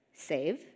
save